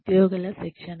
ఉద్యోగుల శిక్షణ